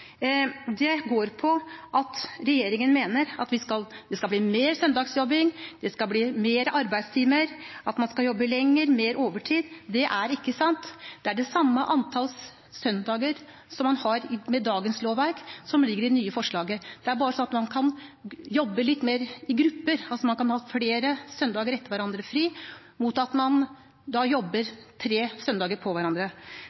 Det går på at regjeringen mener at det skal bli mer søndagsjobbing, det skal bli flere arbeidstimer, at man skal jobbe lenger, mer overtid. Det er ikke sant. Det er det samme antall søndager som man har med dagens lovverk, som ligger i det nye forslaget. Det er bare snakk om at man kan jobbe litt mer i grupper – altså, man kan ha flere søndager etter hverandre fri, mot at man da jobber tre søndager etter hverandre.